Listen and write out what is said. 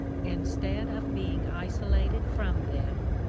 instead of being isolated from them,